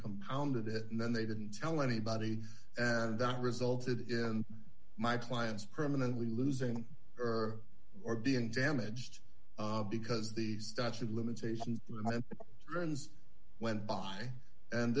compounded it and then they didn't tell anybody and that resulted in my client's permanently losing her or being damaged because the statute of limitations runs went by and